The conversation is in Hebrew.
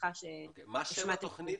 מה שם התוכנית?